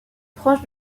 proche